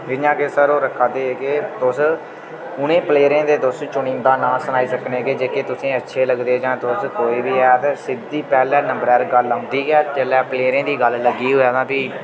जि'यां के सर होर आखा दे हे कि तुस उ'नें प्लयेरें दे तुस चुनिंदा नांऽ सनाई सकने के जेह्के तुसें अच्छे लगदे जां तुस कोई बी ऐ ते सिद्धी पैह्ले नम्बरै र गल्ल औंदी ऐ जेल्लै प्लयेरें दी गल्ल लग्गी होऐ तां फ्ही